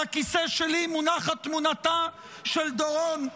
על הכיסא שלי מונחת תמונתה של דורון,